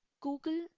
Google